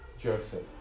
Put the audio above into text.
Joseph